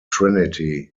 trinity